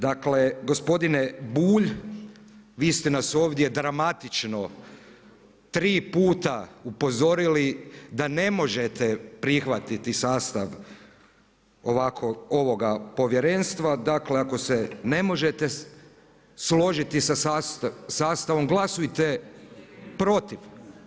Dakle gospodine Bulj, vi ste nas ovdje dramatično tri puta upozorili da ne možete prihvatiti sastav ovoga povjerenstva, dakle ako se ne možete složiti sa sastavom glasujte protiv.